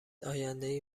آیندهای